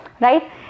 right